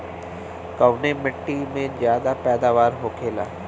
कवने मिट्टी में ज्यादा पैदावार होखेला?